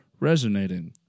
resonating